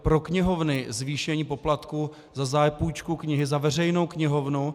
Pro knihovny zvýšení poplatku za zápůjčku knihy, za veřejnou knihovnu.